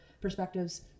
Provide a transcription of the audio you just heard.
perspectives